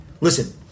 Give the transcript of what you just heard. Listen